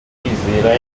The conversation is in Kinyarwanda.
kwizera